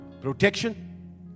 protection